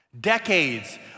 decades